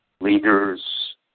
Leaders